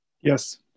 yes